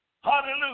Hallelujah